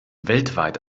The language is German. weltweit